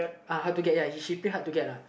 uh hard to get ya she play hard to get lah